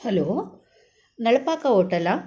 hello Nalapaka ಓಟಲಾ